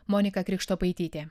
monika krikštopaitytė